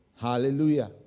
Hallelujah